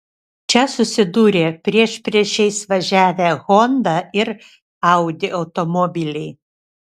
čia susidūrė priešpriešiais važiavę honda ir audi automobiliai